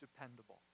dependable